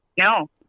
No